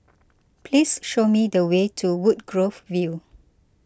please show me the way to Woodgrove View